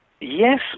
Yes